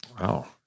Wow